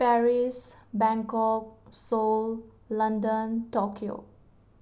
Paris Bangkok Seoul London Tokyo